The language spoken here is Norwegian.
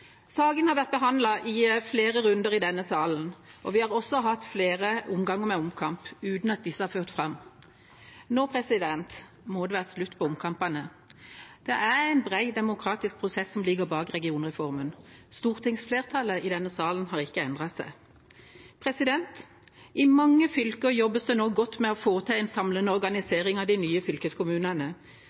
Saken har vært behandlet i flere runder i denne salen, og vi har også hatt flere omganger med omkamp uten at disse har ført fram. Nå må det være slutt på omkampene. Det er en bred demokratisk prosess som ligger bak regionreformen. Stortingsflertallet i denne salen har ikke endret seg. I mange fylker jobbes det nå godt med å foreta en samlende organisering av de nye fylkeskommunene.